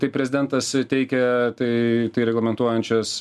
tai prezidentas teikia tai tai reglamentuojančias